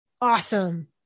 awesome